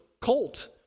colt